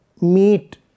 meet